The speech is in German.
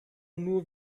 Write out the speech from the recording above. nur